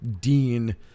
dean